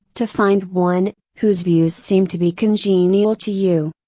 to find one, whose views seem to be congenial to you.